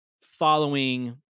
following